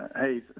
hey